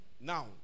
Now